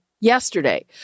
yesterday